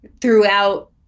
throughout